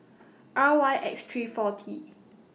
R Y X three four T